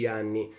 anni